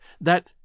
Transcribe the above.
that